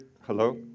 Hello